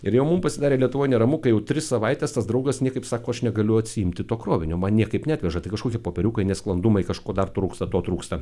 ir jau mum pasidarė lietuvoj neramu kai jau tris savaites tas draugas niekaip sako aš negaliu atsiimti to krovinio man niekaip neatveža tai kažkokie popieriukai nesklandumai kažko dar trūksta to trūksta